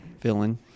villain